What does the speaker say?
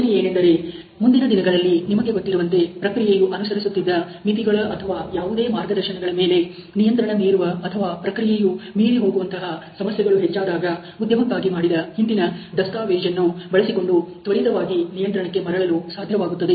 ಯೋಚನೆ ಏನಂದರೆ ಮುಂದಿನ ದಿನಗಳಲ್ಲಿ ನಿಮಗೆ ಗೊತ್ತಿರುವಂತೆ ಪ್ರಕ್ರಿಯೆಯು ಅನುಸರಿಸುತ್ತಿದ್ದ ಮಿತಿಗಳ ಅಥವಾ ಯಾವುದೇ ಮಾರ್ಗದರ್ಶನಗಳ ಮೇಲೆ ನಿಯಂತ್ರಣ ಮೀರುವ ಅಥವಾ ಪ್ರಕ್ರಿಯೆಯು ಮೀರಿ ಹೋಗುವಂತಹ ಸಮಸ್ಯೆಗಳು ಹೆಚ್ಚಾದಾಗ ಉದ್ಯಮಕ್ಕಾಗಿ ಮಾಡಿದ ಹಿಂದಿನ ದಸ್ತಾವೇಜನ್ನು ಬಳಸಿಕೊಂಡು ತ್ವರಿತವಾಗಿ ನಿಯಂತ್ರಣಕ್ಕೆ ಮರಳಲು ಸಾಧ್ಯವಾಗುತ್ತದೆ